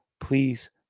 please